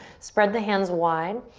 spread the hands wide.